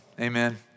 Amen